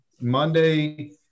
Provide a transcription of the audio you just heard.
Monday